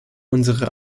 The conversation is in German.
unsere